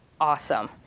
awesome